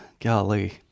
Golly